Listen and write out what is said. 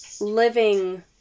living